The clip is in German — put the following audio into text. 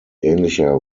ähnlicher